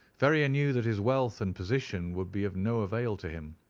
ferrier knew that his wealth and position would be of no avail to him.